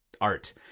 art